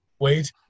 Wait